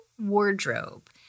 wardrobe